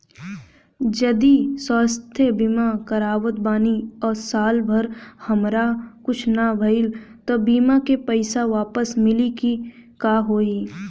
जदि स्वास्थ्य बीमा करावत बानी आ साल भर हमरा कुछ ना भइल त बीमा के पईसा वापस मिली की का होई?